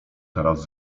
teraz